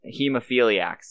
hemophiliacs